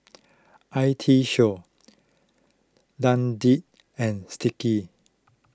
I T Show Dundee and Sticky